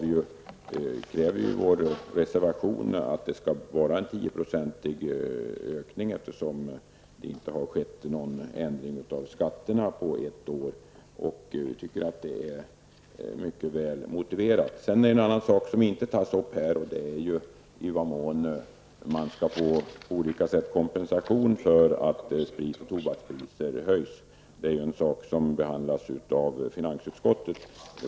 Vi kräver i vår reservation en tioprocentig prishöjning på sprit, eftersom det inte har skett någon ändring av skatterna på ett år. Vi tycker att det är mycket väl motiverat. En sak som inte tas upp här är i vad mån man på olika sätt skall få kompensation för att sprit och tobakspriser höjs. Det är en sak som behandlas av finansutskottet.